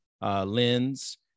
lens